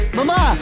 Mama